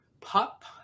Pup